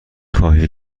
خواهی